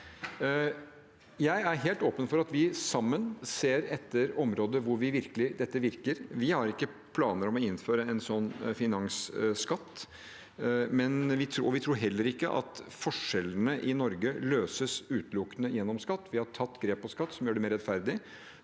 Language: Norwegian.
Jeg er helt åpen for at vi sammen ser etter områder hvor dette virker. Vi har ikke planer om å innføre en sånn finansskatt, og vi tror heller ikke at forskjellene i Norge løses utelukkende gjennom skatt. Vi har tatt grep